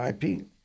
IP